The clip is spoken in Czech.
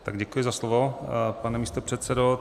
Tak děkuji za slovo, pane místopředsedo.